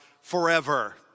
forever